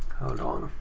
hold on.